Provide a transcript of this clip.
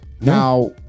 now